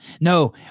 No